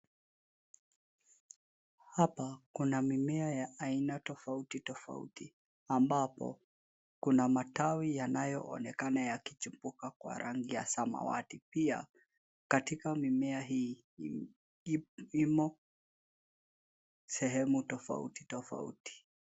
Hapa kuna mimea ya aina tofauti tofauti ambapo kuna matawi yanayoonekana yakichipuka kwa rangi ya samawati. Pia katika mimea hii, imo sehemu tofauti tofauti.